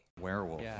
Werewolf